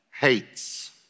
hates